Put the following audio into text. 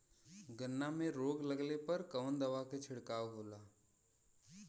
गन्ना में रोग लगले पर कवन दवा के छिड़काव होला?